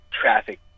traffic